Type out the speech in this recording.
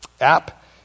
app